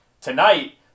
Tonight